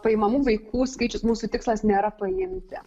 paimamų vaikų skaičius mūsų tikslas nėra paimti